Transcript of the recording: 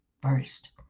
first